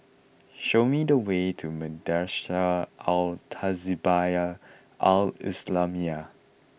show me the way to Madrasah Al Tahzibiah Al Islamiah